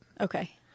Okay